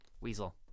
Weasel